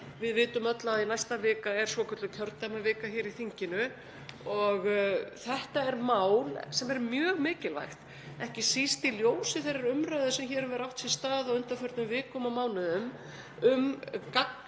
Við vitum öll að næsta vika er svokölluð kjördæmavika í þinginu. Þetta er mál sem er mjög mikilvægt, ekki síst í ljósi þeirrar umræðu sem hér hefur átt sér stað á undanförnum vikum og mánuðum um